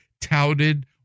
touted